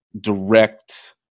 direct